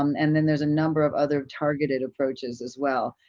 um and then there's a number of other targeted approaches as well,